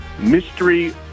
mystery